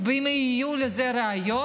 ואם יהיו לזה ראיות,